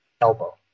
elbow